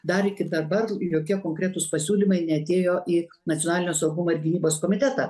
dar iki dabar jokie konkretūs pasiūlymai neatėjo į nacionalinio saugumo ir gynybos komitetą